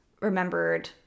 remembered